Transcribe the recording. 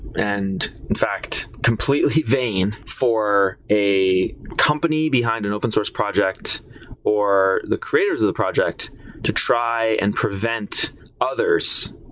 and in fact completely vain for a company behind an open source project or the creators of the project to try and prevent others,